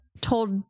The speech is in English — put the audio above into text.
told